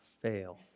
fail